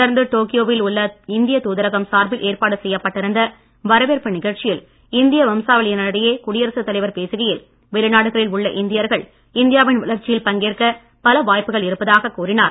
தொடர்ந்து டோக்கியோவில் உள்ள இந்திய தூதரகம் சார்பில் ஏற்பாடு செய்யப்பட்டிருந்த வரவேற்பு நிகழ்ச்சியில் இந்திய வம்சாவலியினரிடையே குடியரசுத் தலைவர் பேசுகையில் வெளிநாடுகளில் உள்ள இந்தியர்கள் இந்தியாவின் வளர்ச்சியில் பங்கேற்க பல வாய்ப்புகள் இருப்பதாக கூறினார்